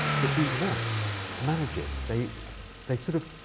but these wasps manage it. they they sort of